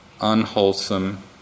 unwholesome